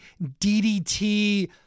DDT